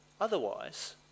Otherwise